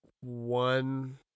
One